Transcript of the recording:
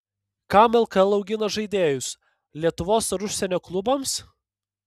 kam lkl augina žaidėjus lietuvos ar užsienio klubams